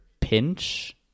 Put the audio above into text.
pinch